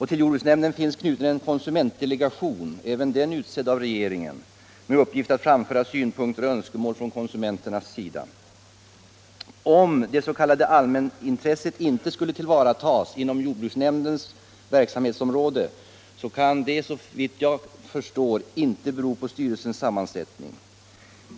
Till jordbruksnämnden finns knuten en konsumentdelegation, även den utsedd av regeringen, med uppgift att framföra synpunkter och önskemål från konsumenternas sida. Om det s.k. allmänintresset inte skulle tillvaratas inom jordbruksnämndens verksamhetsområde, kan det, såvitt jag förstår, inte bero på styrelsens sammansättning.